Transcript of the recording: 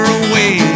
away